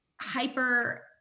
hyper